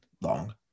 long